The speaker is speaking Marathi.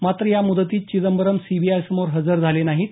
मात्र या मुदतीत चिदंबरम सीबीआयसमोर हजर झाले नाहीत